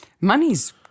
Money's